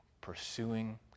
pursuing